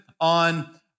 on